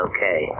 Okay